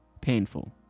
Painful